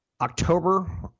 October